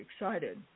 excited